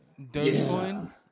Dogecoin